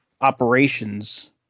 operations